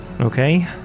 Okay